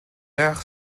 яах